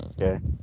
Okay